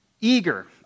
Eager